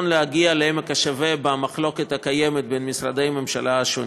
להגיע לעמק השווה במחלוקת הקיימת בין משרדי הממשלה השונים.